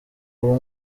ubu